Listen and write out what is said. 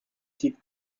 cils